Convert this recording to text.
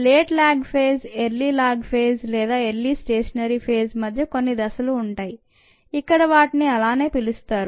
late log phase early log phase లేదా early stationary phase మధ్య కొన్ని దశలు ఉంటాయి ఇక్కడ వాటిని అలానే పిలుస్తారు